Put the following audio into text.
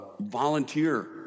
volunteer